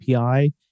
API